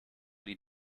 die